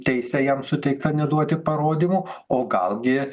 teise jam suteikta neduoti parodymų o gal gi